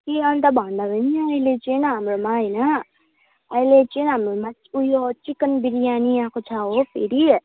ए अन्त भन्दा पनि अहिले चाहिँ हाम्रोमा होइन अहिले चाहिँ हाम्रोमा ऊ यो चिकन बिरयानी आएको छ हो फेरि